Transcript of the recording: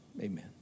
Amen